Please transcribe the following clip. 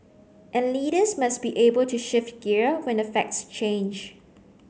and leaders must be able to shift gear when the facts change